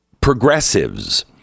progressives